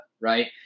right